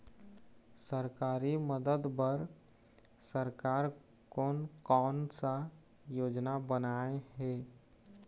सरकारी मदद बर सरकार कोन कौन सा योजना बनाए हे?